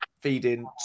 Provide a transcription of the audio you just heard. feeding